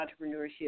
entrepreneurship